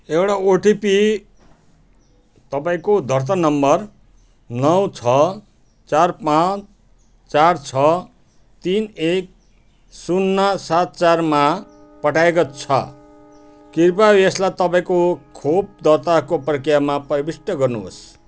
एउटा ओटिपी तपाईँँको दर्ता नम्बर नौ छ चार पाँच चार छ तिन एक शून्य सात चारमा पठाइएको छ कृपया यसलाई तपाईँँको खोप दर्ताको प्रक्रियामा प्रविष्ट गर्नु होस्